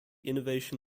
innovation